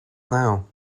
now